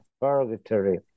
purgatory